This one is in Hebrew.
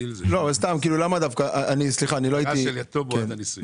ההגדרה של יתום היא עד הנישואין.